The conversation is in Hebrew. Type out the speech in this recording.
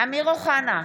אמיר אוחנה,